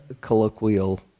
colloquial